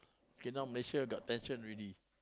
okay now Malaysia got tension already